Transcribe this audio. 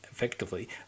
effectively